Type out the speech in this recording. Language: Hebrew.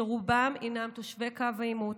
שרובם תושבי קו העימות,